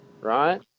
right